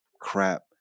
Crap